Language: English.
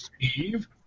Steve